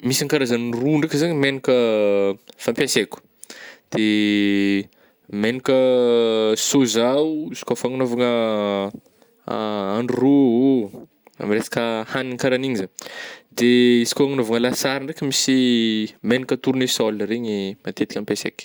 Misy an-karazany roa ndraiky zany megnaka fampiasaiko, de megnaka sôja o izy koa fagnanaovagna handro ro ôh, amin'ny resaka hagnina karaha an'igny zany de izy kô agnaovagna lasary ndraiky misy megnaka tournesol regny matetika ampiasaiky.